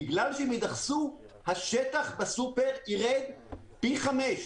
בגלל שהם יידחסו השטח בסופרמרקט יירד פי חמישה.